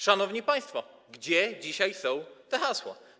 Szanowni państwo, gdzie dzisiaj są te hasła?